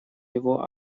его